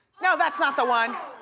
no, that's not the one!